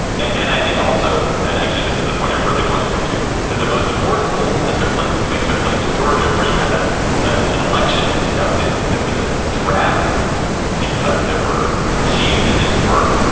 and i think also and actually this is the point i really want to get to that the most important polls that took place this week took place in georgia where you had ah an an election conducted. that was a travesty because there were the machines that didn't work.